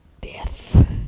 death